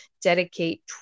dedicate